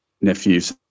nephews